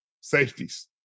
Safeties